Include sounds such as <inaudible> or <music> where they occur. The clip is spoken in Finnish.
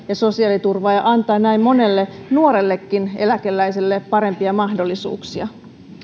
<unintelligible> ja sosiaaliturvaa ja antaa näin monelle nuorellekin eläkeläiselle parempia mahdollisuuksia